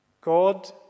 God